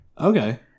Okay